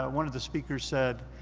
um one of the speakers said,